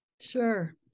Sure